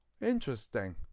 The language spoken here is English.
Interesting